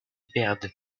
perdent